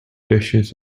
dishes